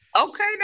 okay